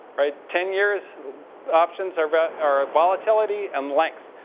right? ten years options are but are ah volatility and length.